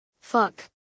fuck